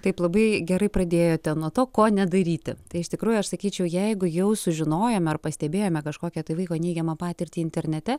taip labai gerai pradėjote nuo to ko nedaryti tai iš tikrųjų aš sakyčiau jeigu jau sužinojome ar pastebėjome kažkokią tai va neigiamą patirtį internete